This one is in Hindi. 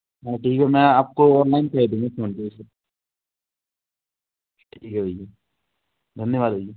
हाँ ठीक मैं आपको ऑनलाइन कर दूँगा फोनपे से ठीक है भैया धन्यवाद भैया